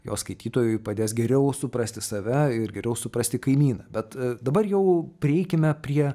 jos skaitytojui padės geriau suprasti save ir geriau suprasti kaimyną bet dabar jau prieikime prie